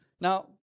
Now